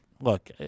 Look